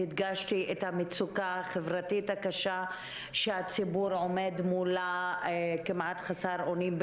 הדגשתי את המצוקה החברתית הקשה שהציבור עומד מולה כמעט חסר אונים,